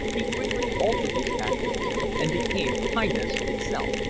he quickly altered his tactics and became kindness itself,